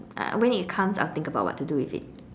uh when it comes I'll think about what to do with it